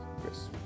Chris